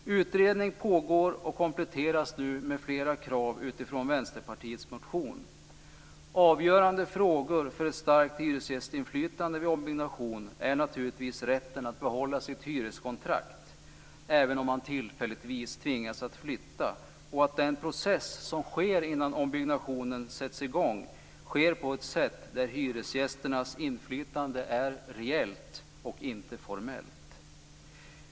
Utredning pågår och kompletteras nu med flera krav utifrån Vänsterpartiets motion. Avgörande frågor för ett starkt hyresgästinflytande vid ombyggnation är naturligtvis rätten att behålla sitt hyreskontrakt även om man tillfälligtvis tvingas att flytta och att den process som sker innan ombyggnationen sätts i gång sker på ett sätt där hyresgästernas inflytande är reellt och inte formellt.